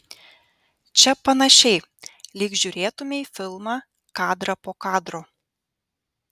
čia panašiai lyg žiūrėtumei filmą kadrą po kadro